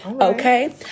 Okay